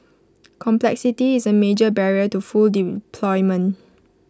complexity is A major barrier to full deployment